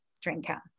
drinker